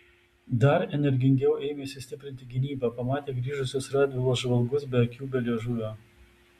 dar energingiau ėmėsi stiprinti gynybą pamatę grįžusius radvilos žvalgus be akių be liežuvio